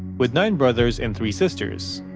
with nine brothers and three sisters.